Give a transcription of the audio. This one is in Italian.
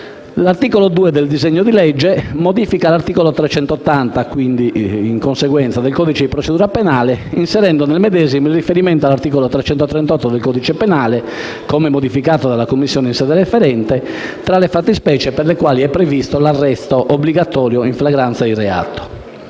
L'articolo 2 del disegno di legge modifica l'articolo 380 del codice di procedura penale, inserendo nel medesimo il riferimento all'articolo 338 del codice penale - come modificato dalla Commissione in sede referente - tra le fattispecie per le quali è previsto l'arresto obbligatorio in flagranza di reato.